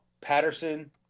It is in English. patterson